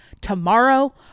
tomorrow